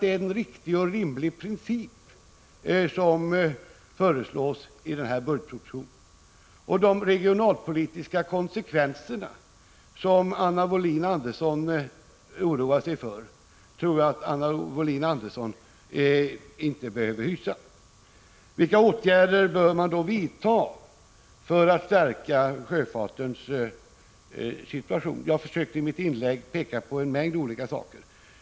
Det är enligt min mening en riktig princip som föreslås i propositionen. Anna Wohlin-Andersson oroar sig för de regionalpolitiska konsekvenserna. Jag tror inte att hon behöver hysa någon sådan oro. Vilka åtgärder bör vi då vidta för att stärka sjöfartens situation? Jag försökte i mitt inlägg peka på en mängd olika saker.